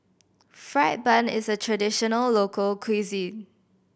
fried bun is a traditional local cuisine